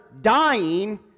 dying